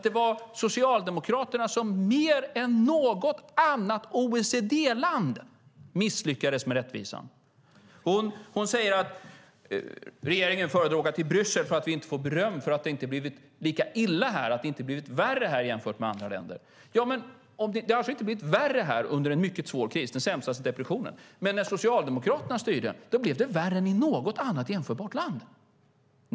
Det var Socialdemokraterna som mer än något annat OECD-land misslyckades med rättvisan. Hon säger att regeringen föredrar att åka till Bryssel för att vi inte får beröm för att det inte har blivit lika illa här, att det inte har blivit värre här jämfört med andra länder. Det har alltså inte blivit värre här under en mycket svår kris, den värsta sedan depressionen. Men när Socialdemokraterna styrde, då blev det värre än i något annat jämförbart land!